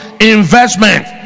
investment